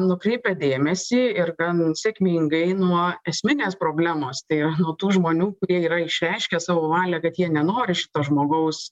nukreipia dėmesį ir gan sėkmingai nuo esminės problemos tai yra nuo tų žmonių kurie yra išreiškę savo valią kad jie nenori šito žmogaus